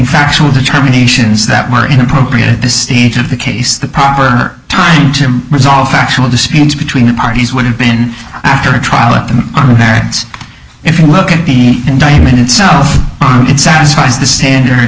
factual determinations that were inappropriate at this stage of the case the proper time to resolve factual disputes between the parties would have been after a trial and if you look at the indictment itself it satisfies the standard